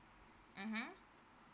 mmhmm